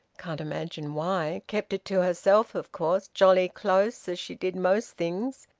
can't imagine why! kept it to herself of course, jolly close, as she did most things,